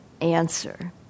answer